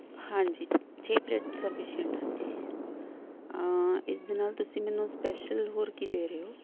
ਹਾਂਜੀ ਛੇ plate sufficient ਹਾਂਜੀ ਇਸ ਦੇ ਨਾਲ ਤੁਸੀਂ ਮੈਨੂੰ ਸਪੈਸ਼ਲ ਹੋਰ ਕੀ ਦੇ ਰਹੇ ਹੋ